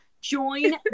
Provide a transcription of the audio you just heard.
Join